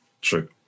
True